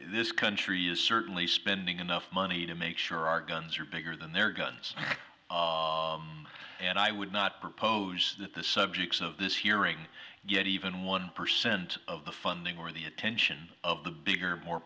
this country is certainly spending enough money to make sure our guns are bigger than their guns and i would not propose that the subjects of this hearing get even one percent of the funding or the attention of the bigger and more